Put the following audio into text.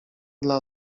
dla